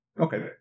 Okay